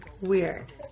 Weird